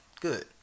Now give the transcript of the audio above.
good